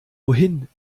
wohin